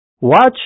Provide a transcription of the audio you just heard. Watch